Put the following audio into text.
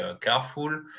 careful